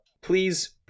please